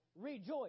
rejoice